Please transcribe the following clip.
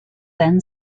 then